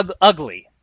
ugly